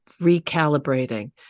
recalibrating